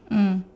mm